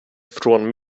från